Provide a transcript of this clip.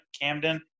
Camden